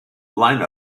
line